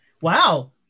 Wow